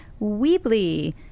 Weebly